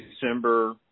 December